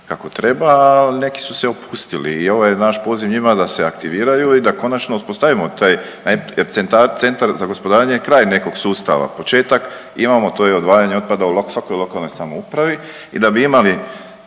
kako treba, a neki su se opustili i ovo je naš poziv njima da se aktiviraju i da konačno uspostavimo taj jer centar za gospodarenje je kraj nekog sustava, početak imamo to je odvajanje otpada u svakoj lokalnoj samoupravi i da bi imali